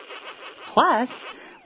Plus